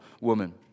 woman